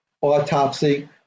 autopsy